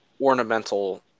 ornamental